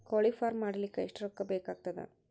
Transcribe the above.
ಕೋಳಿ ಫಾರ್ಮ್ ಮಾಡಲಿಕ್ಕ ಎಷ್ಟು ರೊಕ್ಕಾ ಬೇಕಾಗತದ?